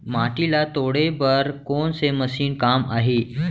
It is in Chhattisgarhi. माटी ल तोड़े बर कोन से मशीन काम आही?